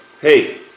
Hey